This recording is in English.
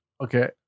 Okay